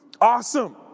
Awesome